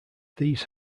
these